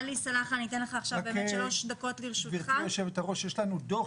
גברתי יושבת הראש, הרי יש לנו דוח